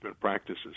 practices